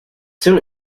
soon